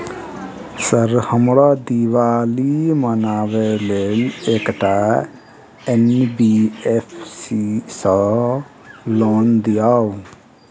Sir हमरा दिवाली मनावे लेल एकटा एन.बी.एफ.सी सऽ लोन दिअउ?